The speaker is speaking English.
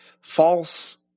false